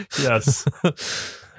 yes